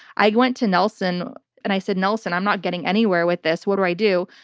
i went to nelson and i said, nelson, i'm not getting anywhere with this. what do i do?